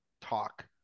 talk